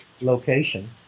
location